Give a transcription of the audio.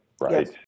right